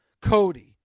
Cody